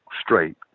straight